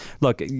look